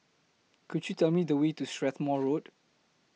Could YOU Tell Me The Way to Strathmore Road